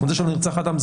זה שלא נרצח אדם,